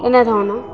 এনেধৰণৰ